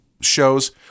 shows